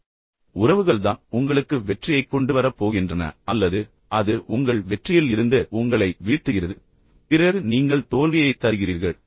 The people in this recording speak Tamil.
இறுதியில் உறவுகள்தான் உங்களுக்கு வெற்றியைக் கொண்டுவரப் போகின்றன அல்லது அது உங்கள் வெற்றியில் இருந்து உங்களை வீழ்த்துகிறது பிறகு நீங்கள் தோல்வியைத் தருகிறீர்கள்